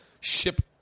ship